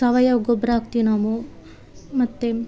ಸಾವಯವ ಗೊಬ್ಬರ ಹಾಕ್ತಿವಿ ನಾವು ಮತ್ತು